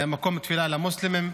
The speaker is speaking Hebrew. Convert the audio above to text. מקום תפילה למוסלמים.